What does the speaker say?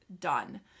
done